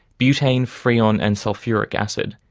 butane, freon and sulphuric acid.